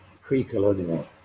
pre-colonial